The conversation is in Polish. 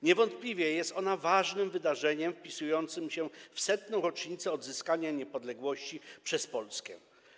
Niewątpliwie jest ona ważnym wydarzeniem wpisującym się w 100. rocznicę odzyskania niepodległości przez Polskę.